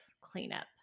cleanup